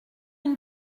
une